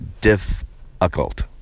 difficult